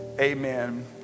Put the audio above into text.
amen